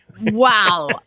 wow